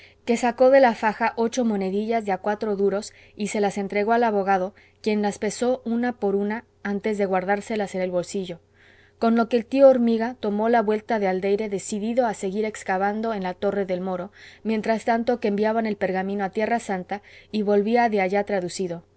que sacó de la faja ocho monedillas de a cuatro duros y se las entregó al abogado quien las pesó una por una antes de guardárselas en el bolsillo con lo que el tío hormiga tomó la vuelta de aldeire decidido a seguir excavando en la torre del moro mientras tanto que enviaban el pergamino a tierra santa y volvía de allá traducido